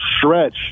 stretch